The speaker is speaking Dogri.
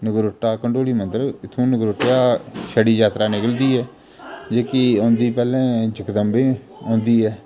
नगरोटा कंडौली मंदर इत्थूं नगरोटे थमां छड़ी यात्रा निकलदी ऐ जेह्की औंदी पैहलें जगदम्बे औंदी ऐ